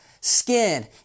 skin